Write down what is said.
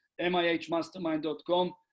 mihmastermind.com